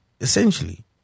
essentially